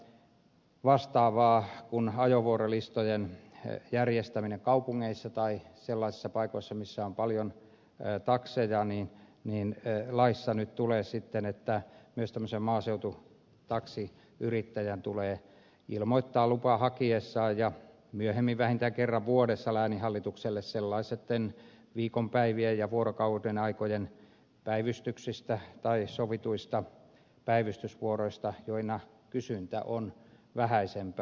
tässä laissa vastaavasti kuin on ajovuorolistojen järjestäminen kaupungeissa tai sellaisissa paikoissa missä on paljon jää taakse ja niin niin että takseja nyt tulee sitten että myös tämmöisen maaseututaksiyrittäjän tulee ilmoittaa lupaa hakiessaan ja myöhemmin vähintään kerran vuodessa lääninhallitukselle sellaisten viikonpäivien ja vuorokaudenaikojen päivystyksistä tai sovituista päivystysvuoroista joina kysyntä on vähäisempää